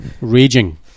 Raging